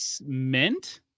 meant